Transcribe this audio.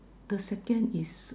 the second is